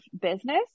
business